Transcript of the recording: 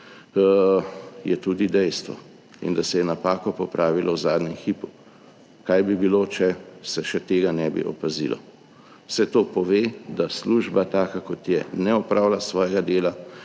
je tudi dejstvo. In da se je napako popravilo v zadnjem hipu. Kaj bi bilo, če se tega ne bi opazilo. Vse to pove, da služba, taka kot je, ne opravlja svojega dela.